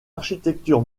architecture